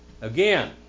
again